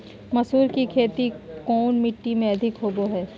मसूर की खेती कौन मिट्टी में अधीक होबो हाय?